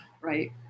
Right